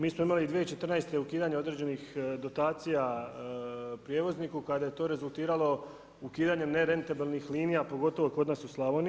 Mi smo imali 2014. ukidanje određenih dotacija prijevozniku kada je to rezultiralo ukidanjem nerentabilnih linija pogotovo kod nas u Slavoniji.